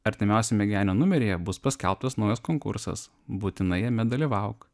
artimiausiame genio numeryje bus paskelbtas naujas konkursas būtinai jame dalyvauk